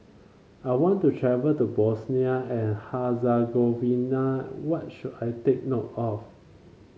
I want to travel to Bosnia and Herzegovina what should I take note of